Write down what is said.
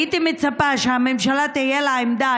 הייתי מצפה שהממשלה, תהיה לה עמדה.